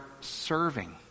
serving